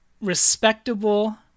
respectable